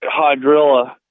hydrilla